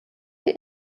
the